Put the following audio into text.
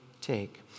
take